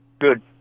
Good